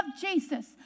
Jesus